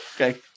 Okay